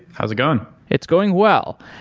how is it going? it's going well.